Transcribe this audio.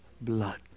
blood